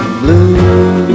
blue